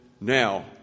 now